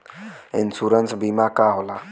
Insurance बीमा का होला?